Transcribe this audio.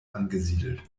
angesiedelt